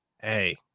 hey